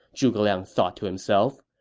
zhuge liang thought to himself.